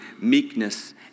meekness